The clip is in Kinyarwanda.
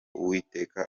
uwiteka